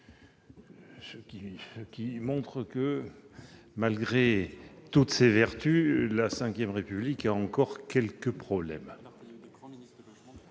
cela montre que, malgré toutes ses vertus, la V République a encore quelques problèmes